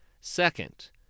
Second